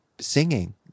singing